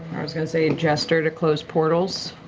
i was going to say jester to close portals.